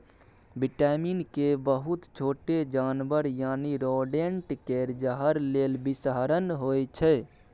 vitamin के बहुत छोट जानबर यानी रोडेंट केर जहर लेल बिषहरण होइ छै